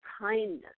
kindness